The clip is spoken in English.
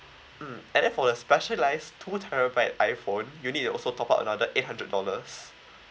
mm and then for the specialized two terabyte iphone you need to also top up another eight hundred dollars